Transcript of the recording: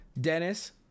Dennis